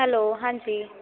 hello ਹਾਂਜੀ